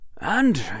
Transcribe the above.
And